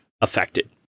affected